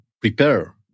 prepare